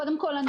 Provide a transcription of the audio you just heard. קודם כול,